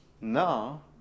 Now